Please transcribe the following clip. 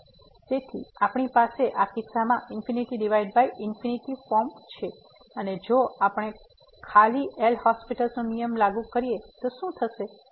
તેથી આપણી પાસે આ કિસ્સામાં ∞∞ ફોર્મે છે અને જો આપણે ખાલી એલ'હોસ્પિટલL'Hospital's નો નિયમ લાગુ કરીએ તો શું થશે